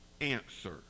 answer